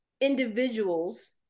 individuals